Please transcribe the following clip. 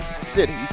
City